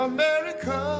America